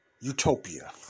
utopia